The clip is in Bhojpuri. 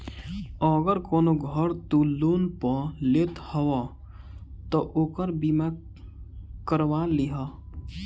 अगर कवनो घर तू लोन पअ लेत हवअ तअ ओकर बीमा करवा लिहअ